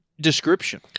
description